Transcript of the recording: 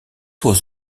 was